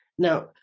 Now